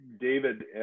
David